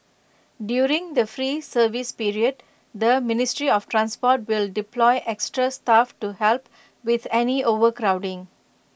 during the free service period the ministry of transport will deploy extra staff to help with any overcrowding